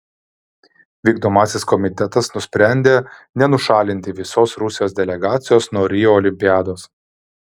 vykdomasis komitetas nusprendė nenušalinti visos rusijos delegacijos nuo rio olimpiados